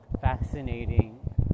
fascinating